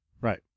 right